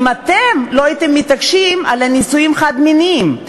אם אתם לא הייתם מתעקשים על נישואים חד-מיניים,